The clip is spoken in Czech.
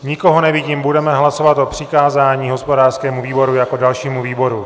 Nikoho nevidím, budeme hlasovat o přikázání hospodářskému výboru jako dalšímu výboru.